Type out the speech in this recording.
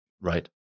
right